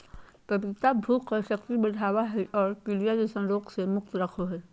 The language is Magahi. पपीता भूख और शक्ति बढ़ाबो हइ और पीलिया जैसन रोग से मुक्त रखो हइ